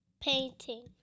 Painting